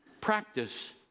practice